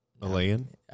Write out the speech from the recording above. Malayan